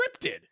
scripted